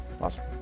Awesome